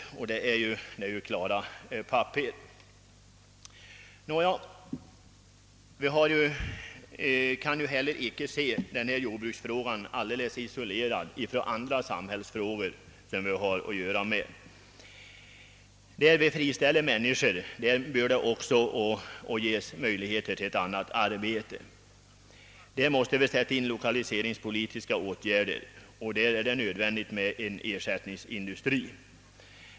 En försämring för mindre jordbruk vill regeringen skapa. Men vi kan heller inte se jordbruksfrågan alldeles isolerad från andra samhällsfrågor som vi har att behandla. Där människor friställs bör det också finnas möjligheter till annat arbete. Där måste lokaliseringspolitiska åtgärder sättas in och där är det nödvändigt med ersättningsindustri.